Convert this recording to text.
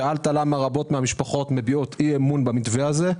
שאלת למה רבות מהמשפחות מביעות אי-אמון במתווה הזה.